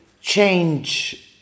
change